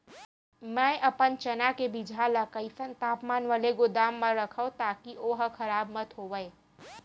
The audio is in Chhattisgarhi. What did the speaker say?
मैं अपन चना के बीजहा ल कइसन तापमान वाले गोदाम म रखव ताकि ओहा खराब मत होवय?